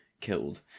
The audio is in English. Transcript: killed